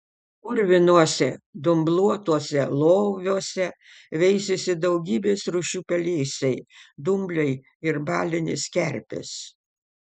purvinuose dumbluotuose loviuose veisėsi daugybės rūšių pelėsiai dumbliai ir balinės kerpės